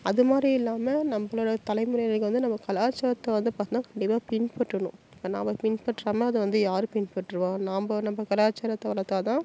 அது மாதிரி இல்லாமல் நம்மளோட தலைமுறைகளுக்கு வந்து நம்மகலாச்சாரத்த வந்து பார்த்தோம்னா கண்டிப்பாக பின்பற்றணும் இப்போ நாம பின்பற்றாம அதை வந்து யாரு பின்பற்றுவா நாம் நம்ம கலாச்சாரத்தை வளர்த்தா தான்